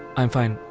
i am fine